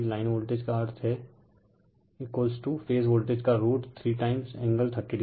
यदि line voltage का अर्थ फेज वोल्टेज का रूट 3 टाइम एंगल 30o